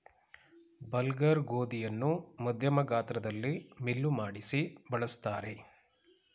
bulgur ಗೋಧಿಯನ್ನು ಮಧ್ಯಮ ಗಾತ್ರದಲ್ಲಿ ಮಿಲ್ಲು ಮಾಡಿಸಿ ಬಳ್ಸತ್ತರೆ